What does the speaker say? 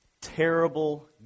terrible